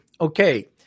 Okay